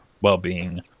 well-being